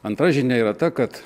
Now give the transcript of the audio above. antra žinia yra ta kad